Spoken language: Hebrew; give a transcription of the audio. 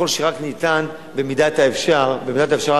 במידת האפשר; במידת האפשר,